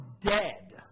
dead